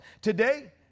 Today